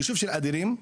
היישוב אדירים,